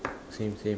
same same